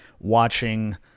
watching